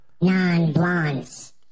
non-blondes